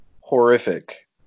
horrific